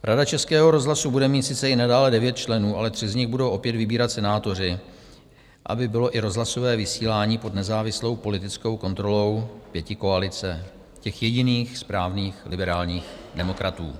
Rada Českého rozhlasu bude mít sice i nadále 9 členů, ale 3 z nich budou opět vybírat senátoři, aby bylo i rozhlasové vysílání pod nezávislou politickou kontrolou pětikoalice, těch jediných správných liberálních demokratů.